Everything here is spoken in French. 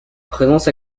présence